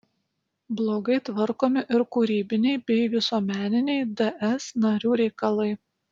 blogai tvarkomi ir kūrybiniai bei visuomeniniai ds narių reikalai